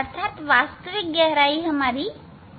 अर्थात वस्तु की वास्तविक गहराई क्या है